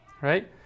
Right